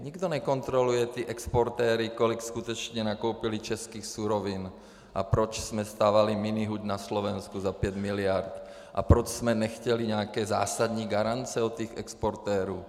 Nikdo nekontroluje exportéry, kolik skutečně nakoupili českých surovin a proč jsme stavěli minihuť na Slovensku za 5 miliard a proč jsme nechtěli nějaké zásadní garance od těch exportérů.